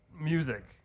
music